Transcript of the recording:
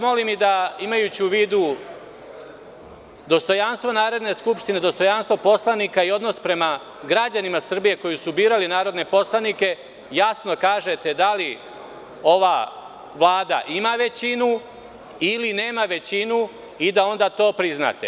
Molim vas, da imajući u vidu dostojanstvo Narodne skupštine, dostojanstvo poslanika i odnos prema građanima Srbije, koji su birali narodne poslanike, jasno kažete da li ova Vlada ima većinu, ili nema većinu i da onda to priznate.